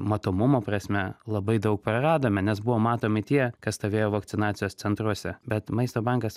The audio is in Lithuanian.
matomumo prasme labai daug praradome nes buvo matomi tie kas stovėjo vakcinacijos centruose bet maisto bankas